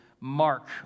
mark